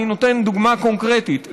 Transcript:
אני נותן דוגמה קונקרטית,